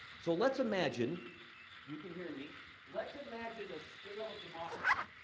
so, let's imagine you can hear me let's imagine a scale of democracy.